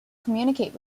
communicate